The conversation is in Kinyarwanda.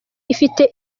ifite